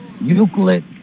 Euclid